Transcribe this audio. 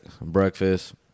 breakfast